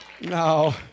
No